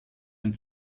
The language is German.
ein